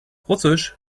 russisch